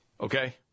okay